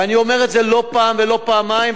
ואני אומר את זה לא פעם ולא פעמיים,